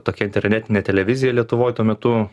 tokia internetinė televizija lietuvoj tuo metu